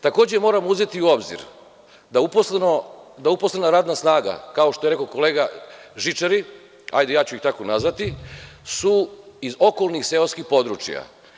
Takođe, moramo uzeti u obzir da uposlena radna snaga, kao što je rekao kolega žičari, hajde i ja ću ih tako nazvati, su iz okolnih seoskih područja.